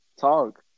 Talk